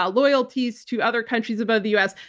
ah loyalties to other countries above the us,